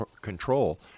control